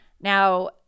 Now